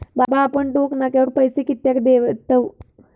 बाबा आपण टोक नाक्यावर पैसे कित्याक देतव?